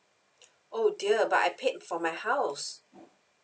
oh dear but I paid for my house